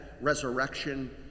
resurrection